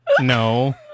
no